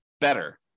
better